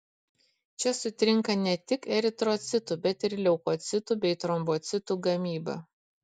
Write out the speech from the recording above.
čia sutrinka ne tik eritrocitų bet ir leukocitų bei trombocitų gamyba